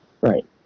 Right